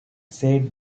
said